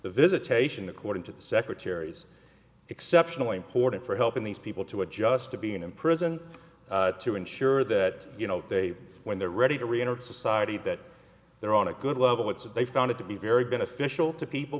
the visitation according to the secretary's exceptionally important for helping these people to adjust to being in prison to ensure that you know they when they're ready to reenter society that they're on a good level it's that they found it to be very beneficial to people